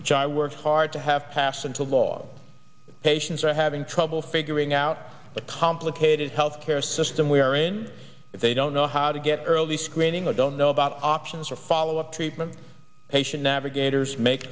which i worked hard to have passed into law patients are having trouble figuring out a complicated healthcare system wherein they don't know how to get early screening or don't know about options for follow up treatment patient navigators make